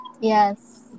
Yes